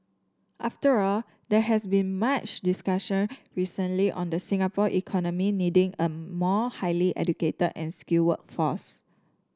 after all there has been much discussion recently on the Singapore economy needing a more highly educated and skilled workforce